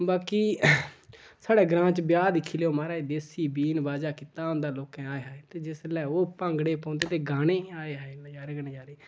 बाकी साढ़े ग्रांऽ बिच ब्याह् दिक्खी लैओ माराज देसी बीन बाजा कीते दा होंदा लोकें हाय हाय ते जिसलै ओह् भांगड़े पौंदे ते गाने हाय हाय नजारे गै नजारे